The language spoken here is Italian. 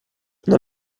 non